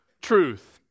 truth